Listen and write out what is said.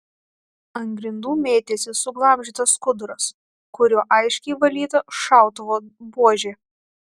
ant grindų mėtėsi suglamžytas skuduras kuriuo aiškiai valyta šautuvo buožė